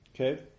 Okay